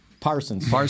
Parsons